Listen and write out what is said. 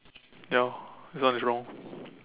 ya this one is wrong